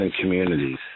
communities